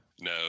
No